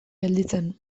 gelditzen